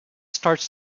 starts